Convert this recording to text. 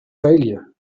failure